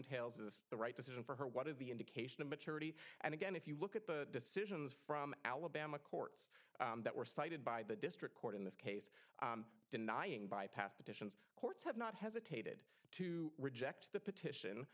entails is the right decision for her what is the indication of maturity and again if you look at the decisions from alabama courts that were cited by the district court in this case denying bypass petitions courts have not hesitated to reject the petition